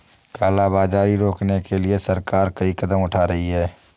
काला बाजारी रोकने के लिए सरकार कई कदम उठा रही है